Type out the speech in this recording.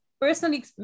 personally